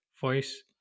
voice